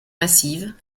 massives